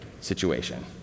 situation